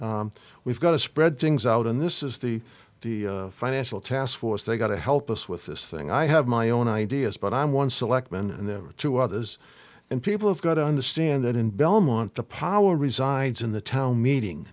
we've got to spread things out and this is the the financial taskforce they've got to help us with this thing i have my own ideas but i'm one selectman and two others and people have got to understand that in belmont the power resides in the town meeting